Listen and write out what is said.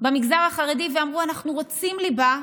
במגזר החרדי ואמרו: אנחנו רוצים ליבה,